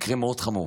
מקרה מאוד חמור.